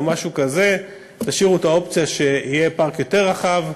משהו כזה ותשאירו את האופציה שיהיה פארק יותר רחב,